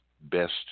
best